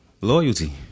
Loyalty